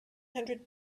hundred